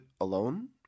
alone